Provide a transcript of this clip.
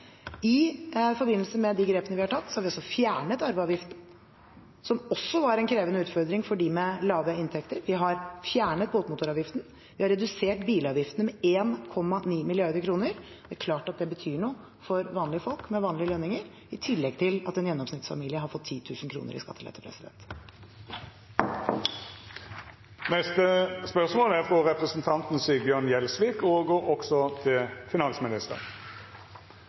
I forbindelse med de grepene vi har tatt, har vi altså fjernet arveavgiften, som også var en krevende utfordring for dem med lave inntekter, vi har fjernet båtmotoravgiften, og vi har redusert bilavgiftene med 1,9 mrd. kr. Det er klart at det betyr noe for vanlige folk med vanlige lønninger, i tillegg til at en gjennomsnittsfamilie har fått 10 000 kr i skattelette. «Ifølge NRK 17. april øker salget av brus og